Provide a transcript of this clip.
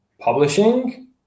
publishing